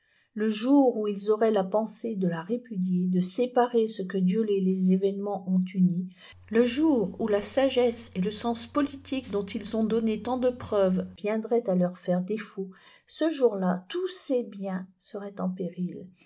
le jour où ils auraient la pensée de la répudier de séparer ce que dieu et les événements ont uni le jour où la sagesse et le sens politique dont ils ont donné tant de preuves viendraient à leur faire défaut ce jour-là tous ces biens seraient en péril